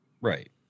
right